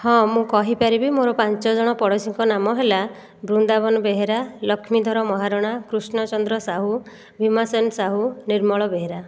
ହଁ ମୁଁ କହିପାରିବି ମୋର ପାଞ୍ଚଜଣ ପଡ଼ୋଶୀଙ୍କ ନାମ ହେଲା ବୃନ୍ଦାବନ ବେହେରା ଲକ୍ଷ୍ମୀଧର ମହାରଣା କୃଷ୍ଣଚନ୍ଦ୍ର ସାହୁ ଭୀମସେନ ସାହୁ ନିର୍ମଳ ବେହେରା